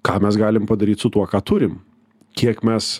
ką mes galim padaryt su tuo ką turim kiek mes